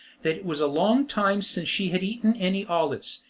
that it was a long time since she had eaten any olives,